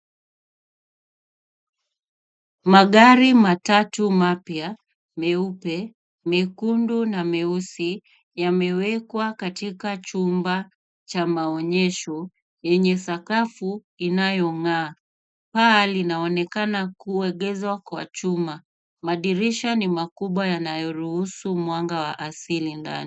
Magari matatu mapya mieupe, mekundu na mieusi yamewekwa katika chumba cha maonyesho yenye sakafu inayong'aa. Paa inaonekana kuegezwa kwa chuma. Madirisha ni makubwa yanayoruhusu mwanga wa asili ndani.